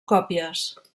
còpies